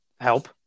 Help